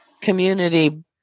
community